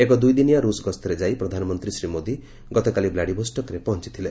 ଏକ ଦୁଇଦିନିଆ ରୁଷ ଗସ୍ତରେ ଯାଇ ପ୍ରଧାନମନ୍ତ୍ରୀ ଶ୍ରୀ ମୋଦି ଗତକାଲି ଭ୍ଲାଡିଭଷ୍ଟକ୍ଠାରେ ପହଞ୍ଚଥିଲେ